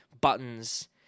buttons